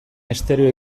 estereo